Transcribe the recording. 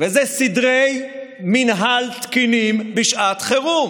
וזה סדרי מינהל תקינים בשעת חירום.